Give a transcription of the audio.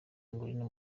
aguilera